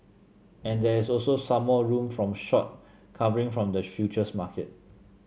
and there is also some more room from short covering from the futures market